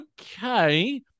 okay